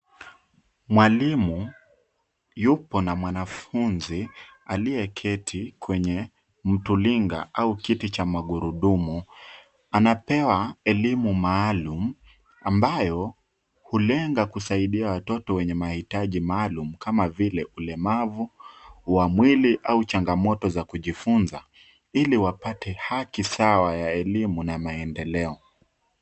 Mwalimu yupo na mwanafunzi aliyeketi kwenye mtulinga au kiti cha magurudumu. Anapewa elimu maalum ambayo hulenga kusaidia watoto wenye mahitaji maalum kama vile ulemavu wa mwili au changamoto za kujifunza ili wapate haki sawa ya elimu na maendeleo.